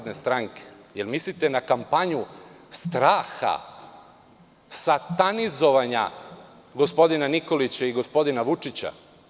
Da li mislite na kampanju straha, satanizovanja gospodina Nikolića, gospodina Vučića?